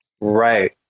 right